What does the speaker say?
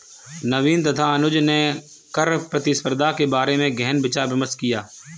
नवीन तथा अनुज ने कर प्रतिस्पर्धा के बारे में गहन विचार विमर्श किया